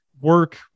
work